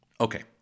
Okay